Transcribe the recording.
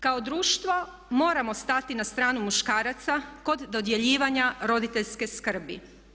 Kao društvo moramo stati na stranu muškaraca kod dodjeljivanja roditeljske skrbi.